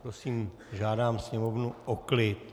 Prosím, žádám sněmovnu o klid.